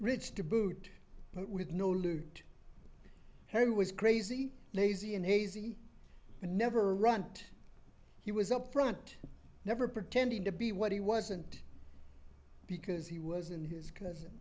rich to boot but with no loot he was crazy lazy and hazy and never runt he was upfront never pretending to be what he wasn't because he was in his cousin